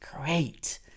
great